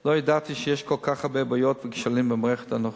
לא ידעתי שיש כל כך הרבה בעיות וכשלים במערכת הנוכחית.